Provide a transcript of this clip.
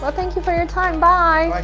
but thank you for your time. bye.